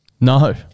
No